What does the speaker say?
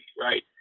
right